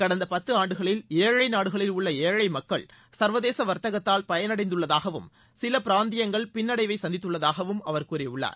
கடந்த பத்தாண்டுகளில் ஏழை ஏழை ஏழை நாடுகளில் உள்ள ஏழை மக்கள் சர்வதேச வர்த்தகத்தால் பயனடைந்துள்ளதாகவும் சில பிராந்தியங்கள் பின்னடைவை சந்தித்துள்ளதாகவும் அவர் கூறியுள்ளார்